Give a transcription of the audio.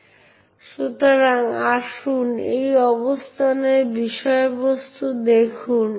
প্রায়শই আমাদের আরও নমনীয়তার প্রয়োজন হয় যেখানে আমরা চাই যে দুটি ব্যবহারকারী একটি নির্দিষ্ট ফাইলের মালিক হোক